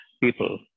people